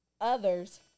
others